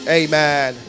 amen